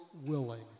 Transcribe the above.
willing